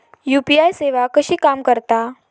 UPI सेवा कशी काम करता?